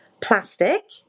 plastic